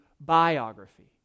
biography